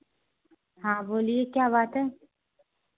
हाँ बोलिए क्या बात है